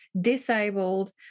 disabled